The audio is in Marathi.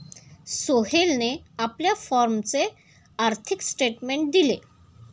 सोहेलने आपल्या फॉर्मचे आर्थिक स्टेटमेंट दिले